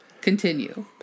Continue